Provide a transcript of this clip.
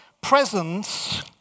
presence